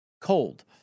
cold